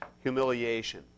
humiliation